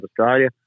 Australia